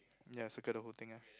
ya circle the whole thing ah